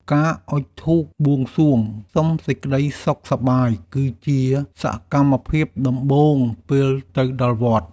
ការអុជធូបបួងសួងសុំសេចក្តីសុខសប្បាយ គឺជាសកម្មភាពដំបូងពេលទៅដល់វត្ត។